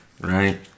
right